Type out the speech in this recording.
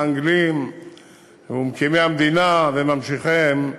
האנגלים ומקימי המדינה וממשיכיהם.